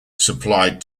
supplied